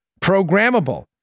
programmable